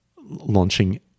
launching